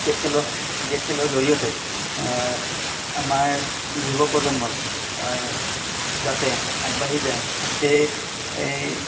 cricket খেলৰ cricket খেলৰ জৰিয়তে আমাৰ যুৱ প্ৰজন্মই যাতে আগবাঢ়ি যায় সেই এই